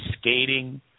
skating